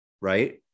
right